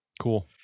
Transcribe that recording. Cool